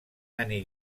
anni